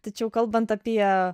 tačiau kalbant apie